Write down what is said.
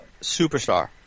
superstar